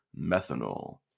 methanol